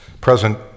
present